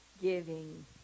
giving